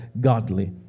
godly